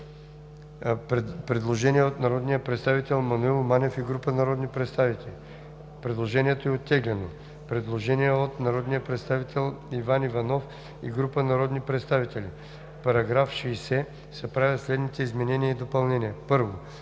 Предложение от народния представител Маноил Манев и група народни представители. Предложението е оттеглено. Предложение от народния представител Иван Иванов и група народни представители: „В § 60 се правят следните изменения и допълнения: 1.